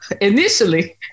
initially